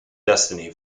destiny